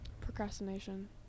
Procrastination